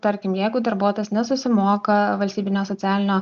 tarkim jeigu darbuotojas nesusimoka valstybinio socialinio